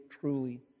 truly